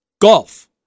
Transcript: Golf